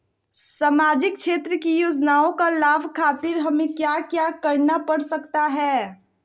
सामाजिक क्षेत्र की योजनाओं का लाभ खातिर हमें क्या क्या करना पड़ सकता है?